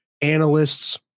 analysts